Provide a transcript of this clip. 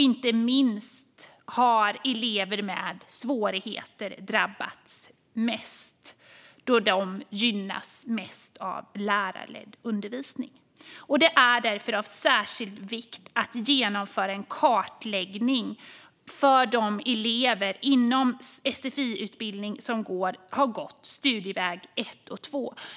Inte minst har elever med svårigheter drabbats mest då de gynnas mest av lärarledd undervisning. Det är därför av särskild vikt att vi genomför en kartläggning av de elever inom sfi-utbildningen som har gått studieväg 1 och 2.